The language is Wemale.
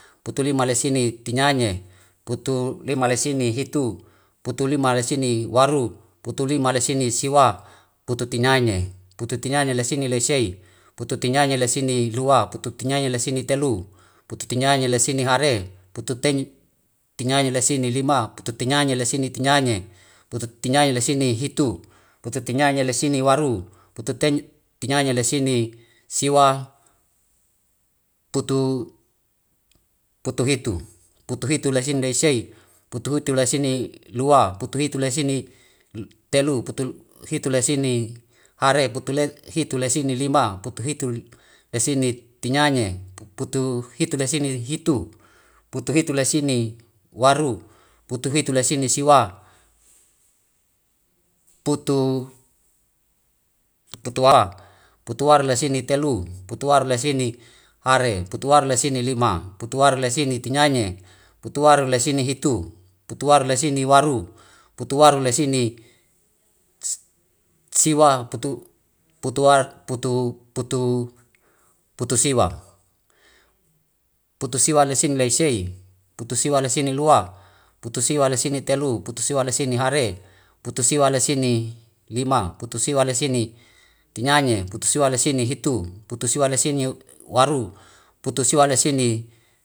Putulima leisine tinaine, putulima leisine hitu, putulima leisine waru, putulima leisine siwa, pututinaine. Pututinaine lesine laisei, pututinaine lesine lua, pututinaine lesine telu, pututinaine lesine hare, pututinaine lesine lima, pututinaine lesine tinaine, pututinaine lesine hitu, pututinaine lesine waru, pututinaine lesine siwa, putuhitu. Putuhitu laisine laisei, putuhitu laisine lua, putuhitu laisine telu, putuhitu laisine hare, putuhitu laisine lima, putuhitu laisine tinaine, putuhitu laisine hitu, putuhitu laisine waru, putuhitu laisine siwa, putuwaru. Putuwaru lesine laisei, putuwaru lesine lua, putuwaru lesine telu, putuwaru lesine hare, putuwaru lesine lima, putuwaru lesine tinaine, putuwaru lesine hitu, putuwaru lesine waru, putuwaru lesine siwa, putusiwa. Putusiwa lasine laise, putusiwa lasine lua, putusiwa lasine telu, putusiwa lasine hare, putusiwa lasine lima, putusiwa lasine tinaine, putusiwa lasine hitu, putusiwa lasine waru, putusiwa lasine.